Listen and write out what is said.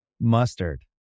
Mustard